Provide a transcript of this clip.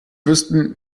wüssten